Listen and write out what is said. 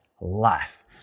life